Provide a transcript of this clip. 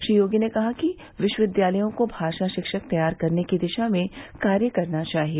श्री योगी ने कहा कि विश्वविद्यालयों को भाषा शिक्षक तैयार करने की दिशा में कार्य करना चाहिए